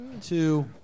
two